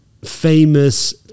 famous